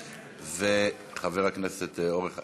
חבר הכנסת אורן חזן.